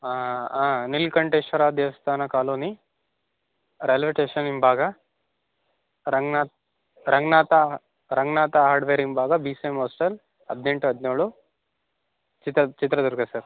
ಹಾಂ ಹಾಂ ನೀಲಕಂಠೇಶ್ವರ ದೇವಸ್ಥಾನ ಕಾಲೋನಿ ರೈಲ್ವೆ ಟೇಶನ್ ಹಿಂಬಾಗ ರಂಗ್ನಾಥ ರಂಗನಾಥ ರಂಗನಾಥ ಹಾರ್ಡ್ವೇರ್ ಹಿಂಬಾಗ ಬಿ ಸಿ ಎಮ್ ಆಸ್ಟೆಲ್ ಹದಿನೆಂಟು ಹದಿನೇಳು ಚಿತ್ರ ಚಿತ್ರದುರ್ಗ ಸರ್